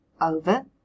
over